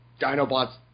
Dinobot's